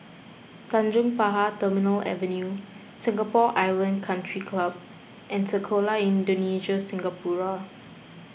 Tanjong Pagar Terminal Avenue Singapore Island Country Club and Sekolah Indonesia Singapura